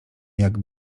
jak